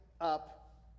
up